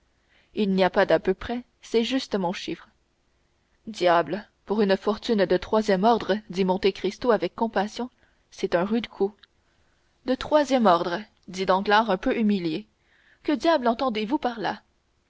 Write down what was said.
il n'y a pas d'à peu près c'est juste mon chiffre diable pour une fortune de troisième ordre dit monte cristo avec compassion c'est un rude coup de troisième ordre dit danglars un peu humilié que diable entendez-vous par là